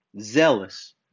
zealous